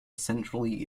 centrally